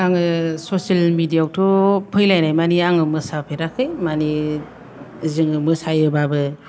आङो social media यावथ' फैलायनाय मानि आङो मोसाफेराखै माने जोङो मोसायोबाबो